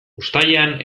uztailean